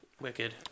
Wicked